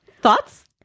Thoughts